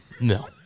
no